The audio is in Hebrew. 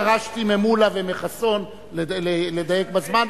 אני דרשתי ממולה ומחסון לדייק בזמן,